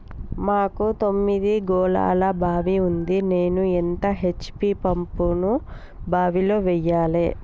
మాకు తొమ్మిది గోళాల బావి ఉంది నేను ఎంత హెచ్.పి పంపును బావిలో వెయ్యాలే?